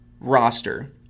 roster